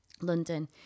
London